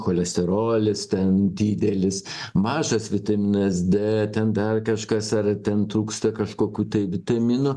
cholesterolis ten didelis mažas vitaminas d ten dar kažkas ar ten trūksta kažkokių tai vitaminų